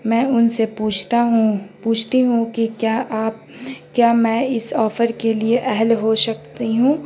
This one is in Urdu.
میں ان سے پوچھتا ہوں پوچھتی ہوں کہ کیا آپ کیا میں اس آفر کے لیے اہل ہو سکتی ہوں